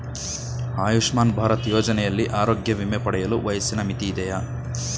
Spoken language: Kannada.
ಆಯುಷ್ಮಾನ್ ಭಾರತ್ ಯೋಜನೆಯಲ್ಲಿ ಆರೋಗ್ಯ ವಿಮೆ ಪಡೆಯಲು ವಯಸ್ಸಿನ ಮಿತಿ ಇದೆಯಾ?